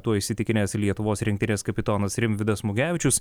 tuo įsitikinęs lietuvos rinktinės kapitonas rimvydas mugevičius